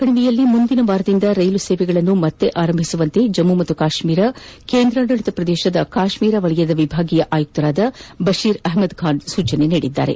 ಕಣಿವೆಯಲ್ಲಿ ಮುಂದಿನ ವಾರದಿಂದ ರೈಲು ಸೇವೆಗಳನ್ನು ಪುನರಾರಂಭಿಸುವಂತೆ ಜಮ್ಮು ಮತ್ತು ಕಾಶ್ಮೀರ ಕೇಂದ್ರಾಡಳಿತ ಪ್ರದೇಶದ ಕಾಶ್ಮೀರ ವಲಯದ ವಿಭಾಗೀಯ ಆಯುಕ್ತ ಬಶೀರ್ ಅಹ್ಮದ್ ಖಾನ್ ಸೂಚಿಸಿದ್ದಾರೆ